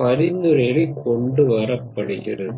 பரிந்துரைகளைக் கொண்டு வரப்படுகிறது